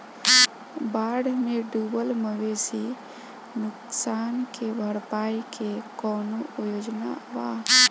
बाढ़ में डुबल मवेशी नुकसान के भरपाई के कौनो योजना वा?